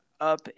up